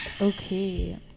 okay